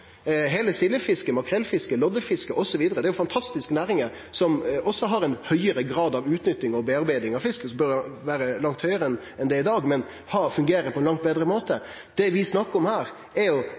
makrellfisket, loddefisket osv. er fantastiske næringar, som også har ein høgare grad av utnytting og foredling av fisk, som bør vere langt høgare enn i dag, men det har fungert på ein langt betre måte. Det vi snakkar om her, er